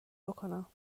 بکنم